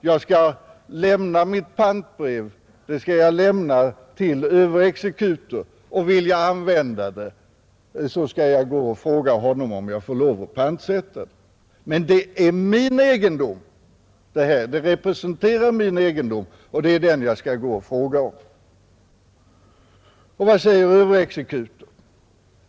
Jag skall lämna mitt pantbrev till överexekutor och skall be honom om tillstånd, om jag vill använda det. Pantbrevet representerar min egendom, men ändå skall jag be om sådant tillstånd. Och vad gör överexekutor?